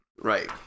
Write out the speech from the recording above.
Right